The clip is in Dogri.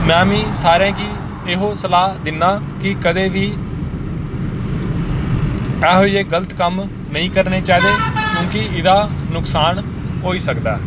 में बीं सारें के एहो सलाह् दिन्नां कि कदें बी एहो जेह् गल्त कम्म नेईं करने चाहिदे मतलब कि एह्दा नकसान होई सकदा ऐ